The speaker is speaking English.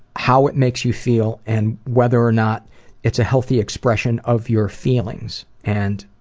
how it makes you feel, and whether or not it's a healthy expression of your feelings, and